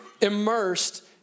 immersed